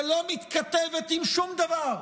שלא מתכתבת עם שום דבר,